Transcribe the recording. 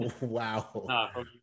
Wow